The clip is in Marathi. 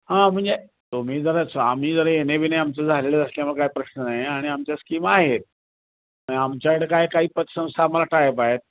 हां म्हणजे तुम्ही जरासं आम्ही जरा ए ने बिने आमचं झालेलं असल्यामुळे काय प्रश्न नाही आणि आमच्या स्कीम आहेत म्हणजे आमच्याकडे काय काही पतसंस्था आम्हाला टायअप आहेत